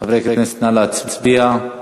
חברי הכנסת, נא להצביע.